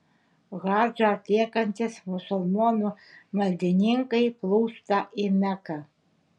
hadžą atliekantys musulmonų maldininkai plūsta į meką